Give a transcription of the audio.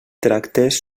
tractes